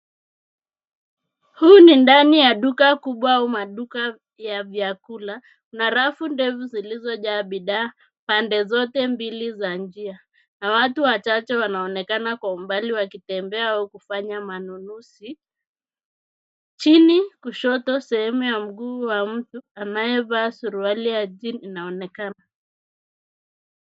Huu ni ndani ya duka kubwa au maduka ya vyakula na rafu ndefu zilizojaa bidhaa pande zote mbili za njia na watu wachache wanaonekana kwa umbali wakitembea au kufanya manunuzi. Chini kushoto sehemu ya mguu wa mtu anayeava suruali ya jeans anaonekana.